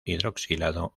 hidroxilado